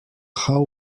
how